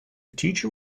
teacher